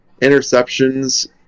interceptions